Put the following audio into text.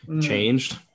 changed